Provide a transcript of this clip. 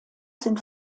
sind